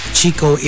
Chico